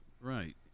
right